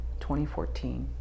2014